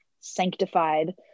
sanctified